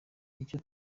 nicyo